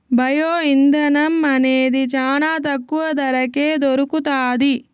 bio ఇంధనం అనేది చానా తక్కువ ధరకే దొరుకుతాది